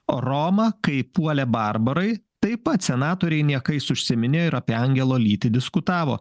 o romą kai puolė barbarai taip pat senatoriai niekais užsiiminėjo ir apie angelo lytį diskutavo